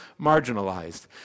marginalized